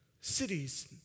cities